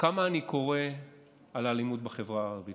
כמה אני קורא על אלימות בחברה הערבית?